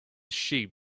sheep